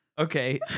Okay